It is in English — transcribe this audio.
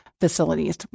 facilities